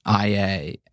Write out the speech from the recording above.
IA